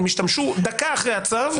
אם השתמשו דקה אחרי הצו,